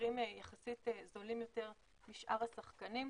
ממחירים יחסית זולים יותר משאר הצרכנים,